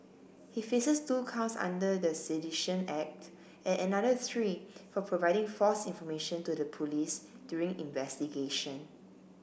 he faces two counts under the Sedition Act and another three for providing false information to the police during investigation